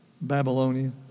Babylonian